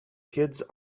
kids